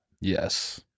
Yes